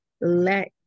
let